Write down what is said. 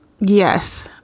Yes